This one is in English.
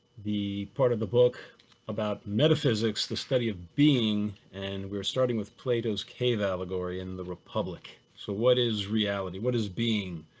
the part of the book about metaphysics, the study of being. and we're starting with plato's cave allegory in the republic. so what is reality? what is being?